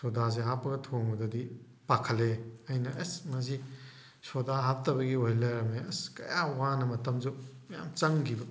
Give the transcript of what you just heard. ꯁꯣꯗꯥꯁꯦ ꯍꯥꯞꯄꯒ ꯊꯣꯡꯕꯗꯗꯤ ꯄꯥꯈꯠꯂꯛꯑꯦ ꯑꯩꯅ ꯑꯁ ꯃꯁꯤ ꯁꯣꯗꯥ ꯍꯥꯞꯇꯕꯒꯤ ꯑꯣꯏ ꯂꯩꯔꯝꯃꯦ ꯀꯌꯥ ꯋꯥꯅ ꯃꯇꯝꯁꯨ ꯃꯌꯥꯝ ꯆꯪꯈꯤꯕ